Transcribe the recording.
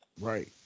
Right